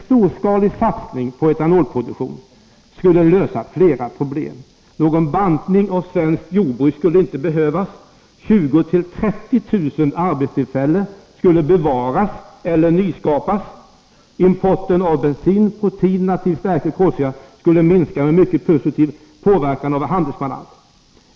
En storskalig satsning på etanolproduktion skulle alltså lösa flera problem. Någon bantning av svenskt jordbruk skulle inte behövas. 20 000-30 000 arbetstillfällen skulle bevaras eller nyskapas. Importen av bensin, protein, nativ stärkelse och kolsyra skulle minska och mycket positivt påverka vår handelsbalans.